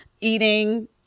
eating